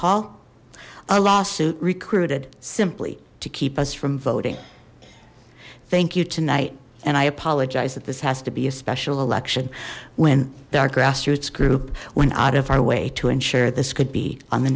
paul a lawsuit recruited simply to keep us from voting thank you tonight and i apologize that this has to be a special election when their grassroots group went out of our way to ensure this could be on the